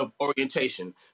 orientation